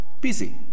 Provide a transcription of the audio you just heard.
busy